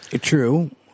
True